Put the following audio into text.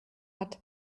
hat